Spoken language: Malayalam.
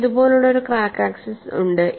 എനിക്ക് ഇതുപോലുള്ള ഒരു ക്രാക്ക് ആക്സിസ് ഉണ്ട്